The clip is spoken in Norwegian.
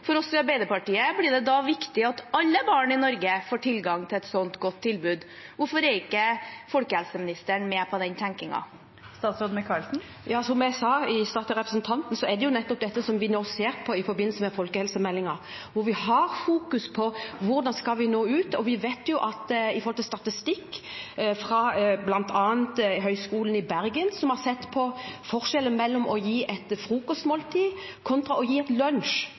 viktig at alle barn i Norge får tilgang til et sånt godt tilbud. Hvorfor er ikke folkehelseministeren med på den tenkningen? Som jeg sa til representanten i stad, er det nettopp dette vi nå ser på i forbindelse med folkehelsemeldingen, hvor vi fokuserer på hvordan vi skal nå ut. Vi har statistikk fra bl.a. Høgskolen i Bergen, som har sett på forskjellen mellom å gi et frokostmåltid kontra å gi et